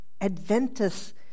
Adventus